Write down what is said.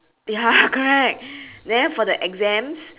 ya correct then for the exams